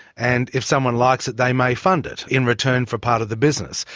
and if someone likes it they may fund it, in return for part of the business.